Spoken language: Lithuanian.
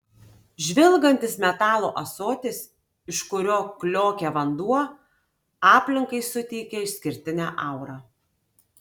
žvilgantis metalo ąsotis iš kurio kliokia vanduo aplinkai suteikia išskirtinę aurą